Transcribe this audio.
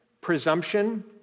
presumption